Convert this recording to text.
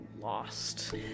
lost